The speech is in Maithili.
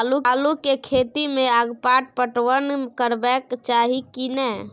आलू के खेती में अगपाट पटवन करबैक चाही की नय?